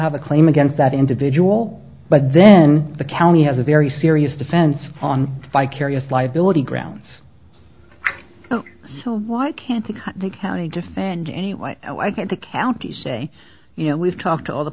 have a claim against that individual but then the county has a very serious defense on vicarious liability grounds so why can't the county defend anyway why can't the county say you know we've talked all the